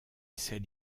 essais